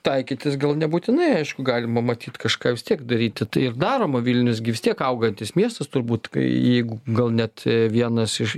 taikytis gal nebūtinai aišku galima matyt kažką vis tiek daryti tai ir daroma vilnius gi vis tiek augantis miestas turbūt kai jeigu gal net vienas iš